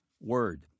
Word